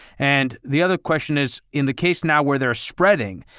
and the other question is, in the case now where they're spreading,